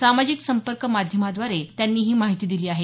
सामाजिक संपर्क माध्यमांद्वारे त्यांनी ही माहिती दिली आहे